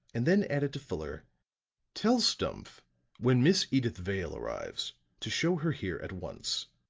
and then added to fuller tell stumph when miss edyth vale arrives to show her here at once.